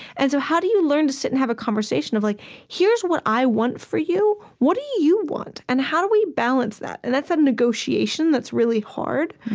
and so how do you learn to sit and have a conversation of like here's what i want for you. what do you want? and how do we balance that? and that's that negotiation that's really hard.